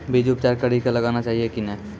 बीज उपचार कड़ी कऽ लगाना चाहिए कि नैय?